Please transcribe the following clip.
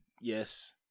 Yes